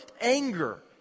anger